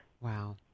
Wow